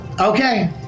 Okay